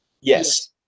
Yes